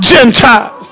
Gentiles